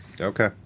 okay